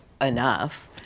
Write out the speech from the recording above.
enough